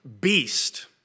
beast